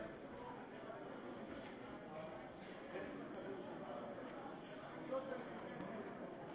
אתם הצלחתם להפוך למרכז עולמי של חדשנות.